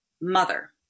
mother